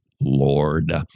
Lord